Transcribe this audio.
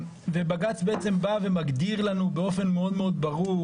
ובג"ץ בעצם בא ומגדיר לנו באופן מאוד מאוד ברור